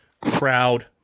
crowd